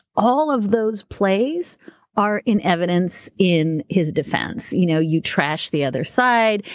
all of those plays are in evidence in his defense. you know? you trash the other side,